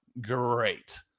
Great